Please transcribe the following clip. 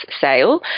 sale